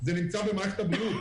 שנמצאים במערכת הבריאות.